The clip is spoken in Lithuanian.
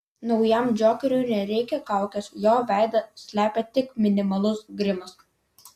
naujam džokeriui nereikia kaukės jo veidą slepia tik minimalus grimas